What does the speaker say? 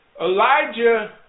Elijah